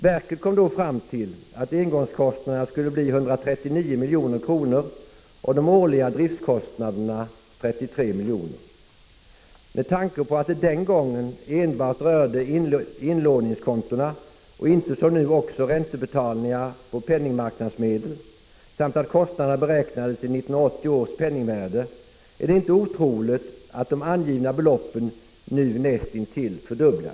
Verket kom då fram till att engångskostnaderna skulle bli 139 milj.kr. och de årliga driftskostnaderna 33 miljoner. Med tanke på att det den gången enbart rörde inlåningskontona och inte som nu också räntebetalningar på penningmarknadsmedel samt att kostnaderna beräknades i 1980 års penningvärde, är det inte otroligt att de angivna beloppen nu har näst intill fördubblats.